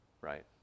right